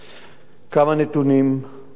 כמה נתונים על מה שהיה: